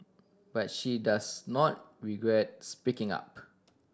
but she does not regret speaking up